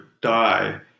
die